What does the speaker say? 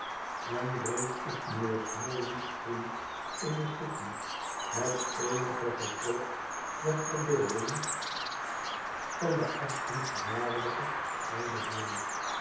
en drinkt op mijnheer smallweed's vriend in de city het eenige gewrocht der verbeelding van den achtenswaardigen ouden heer